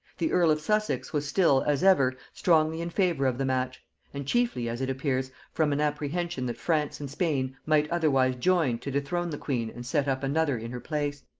the earl of sussex was still, as ever, strongly in favor of the match and chiefly, as it appears, from an apprehension that france and spain might otherwise join to dethrone the queen and set up another in her place.